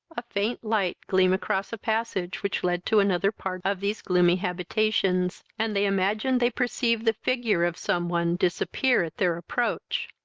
a faint light gleam across a passage which led to another part of these gloomy habitations, and they imagined they perceived the figure of some one disappear at their approach.